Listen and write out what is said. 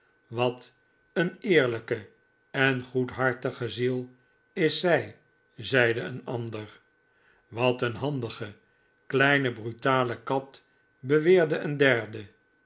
wat een eerlijke en goedhartige zie is zij zeide een ander wat een handige kleine brutale kat beweerde een derde